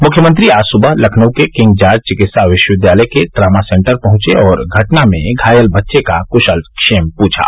मुख्यमंत्री आज सुबह लखनऊ के किंग जार्ज चिकित्सा विश्वविद्यालय के ट्रामा सेंटर पहुंचे और घटना में घायल बच्चे का कुशलक्षेम पूछा